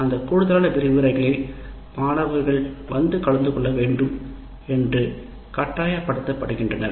அந்த கூடுதலான விரிவுரைகளில் மாணவர்கள் வந்து கலந்து கொள்ள வேண்டும் என்று கட்டாயப்படுத்துகின்றனர்